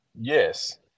Yes